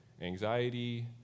anxiety